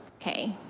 okay